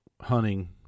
hunting